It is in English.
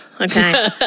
Okay